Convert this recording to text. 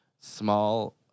small